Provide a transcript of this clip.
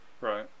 right